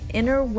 Inner